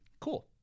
Cool